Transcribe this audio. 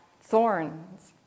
thorns